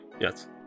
yes